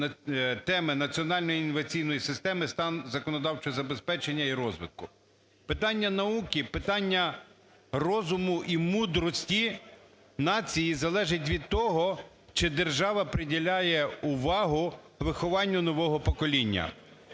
національної інноваційної системи "Стан законодавчого забезпечення і розвитку". Питання науки, питання розуму і мудрості нації залежить від того чи держава приділяє увагу вихованню нового покоління.